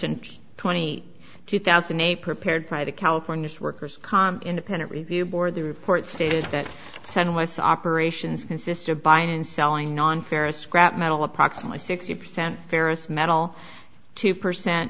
and twenty two thousand eight prepared by the california workers comp independent review board the report stated that ten weiss operations consist of buying and selling non ferrous scrap metal approximately sixty percent ferrous metal two percent